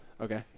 Okay